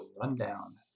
rundown